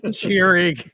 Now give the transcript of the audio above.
cheering